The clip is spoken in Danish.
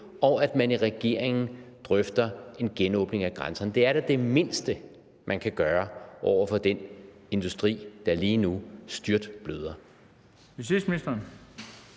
og at man i regeringen drøfter en genåbning af grænserne. Det er da det mindste, man kan gøre over for den industri, der lige nu styrtbløder.